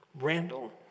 Randall